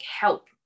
help